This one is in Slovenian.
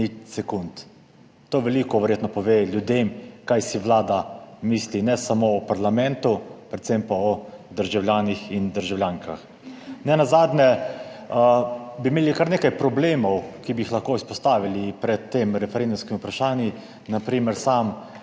To veliko verjetno pove ljudem, kaj si Vlada misli, ne samo o parlamentu predvsem pa o državljanih in državljankah. Nenazadnje, bi imeli kar nekaj problemov, ki bi jih lahko izpostavili pred temi referendumskimi vprašanji, na primer, sam